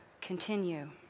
continue